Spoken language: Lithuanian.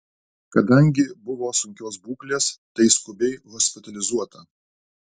kadangi buvo sunkios būklės tai skubiai hospitalizuota